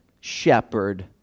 shepherd